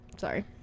sorry